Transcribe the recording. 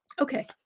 Okay